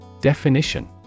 Definition